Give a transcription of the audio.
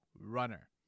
runner